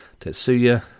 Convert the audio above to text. Tetsuya